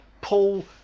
Paul